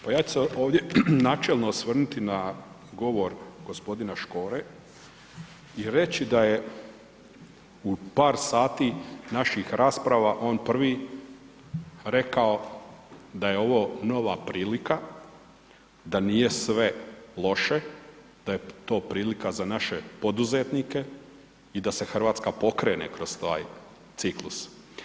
Pa ja ću se ovdje načelno osvrnuti na govor gospodina Škore i reći da je u par sati naših rasprava on prvi rekao da je ovo nova prilika, da nije sve loše, da je to prilika za naše poduzetnike i da se Hrvatska pokrene kroz taj ciklus.